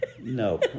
No